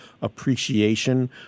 appreciation